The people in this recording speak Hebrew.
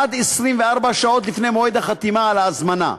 עד 24 שעות לפני מועד החתימה על ההזמנה.